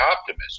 optimism